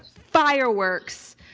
fireworks,